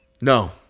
No